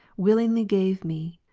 willingly gave me,